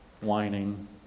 whining